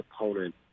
opponent